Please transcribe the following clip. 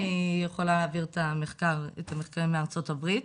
אני אוכל להעביר את המחקרים מארה"ב.